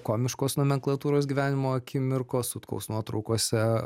komiškos nomenklatūros gyvenimo akimirkos sutkaus nuotraukose